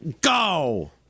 go